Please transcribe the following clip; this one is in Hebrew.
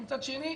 מצד שני,